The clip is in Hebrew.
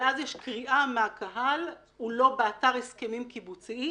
ואז יש קריאה מהקהל: הוא לא באתר הסכמים קיבוציים?